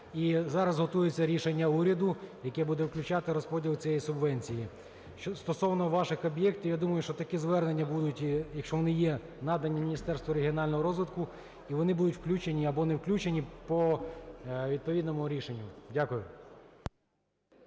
зараз готується рішення уряду, яке буде включати розподіл цієї субвенції. Стосовно ваших об'єктів, я думаю, що такі звернення будуть, якщо вони є, надані Міністерству регіонального розвитку, і вони будуть включені або не включені по відповідному рішенню. Дякую.